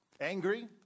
Angry